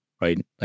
right